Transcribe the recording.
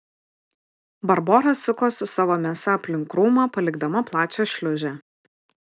barbora suko su savo mėsa aplink krūmą palikdama plačią šliūžę